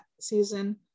season